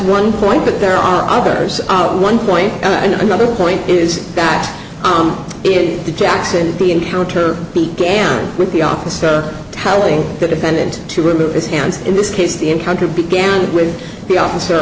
one point but there are others out one point and another point is back on in the jackson the encounter began with the officer telling the defendant to remove his hands in this case the encounter began with the officer